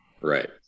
right